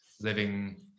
living